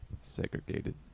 segregated